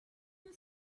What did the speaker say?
you